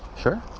Sure